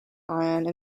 ion